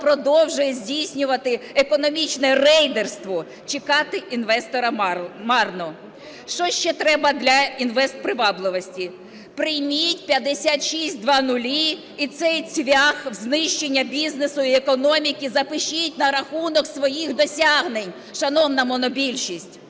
продовжує здійснювати економічне рейдерство, чекати інвестора марно. Що ще треба для інвестпривабливості? Прийміть 5600 - і цей цвях в знищення бізнесу і економіки запишіть на рахунок своїх досягнень, шановна монобільшість.